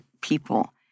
people